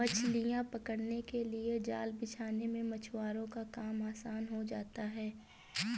मछलियां पकड़ने के लिए जाल बिछाने से मछुआरों का काम आसान हो जाता है